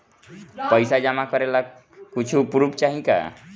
पैसा जमा करे ला कुछु पूर्फ चाहि का?